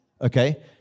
Okay